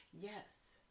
Yes